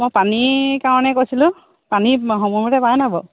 মই পানীৰ কাৰণে কৈছিলোঁ পানী সময়মতে পাই নাই বাৰু